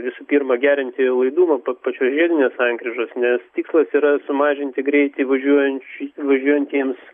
visų pirma gerinti laidumą pa pačios žiedinės sankryžos nes tikslas yra sumažinti greitį važiuojanč važiuojantiems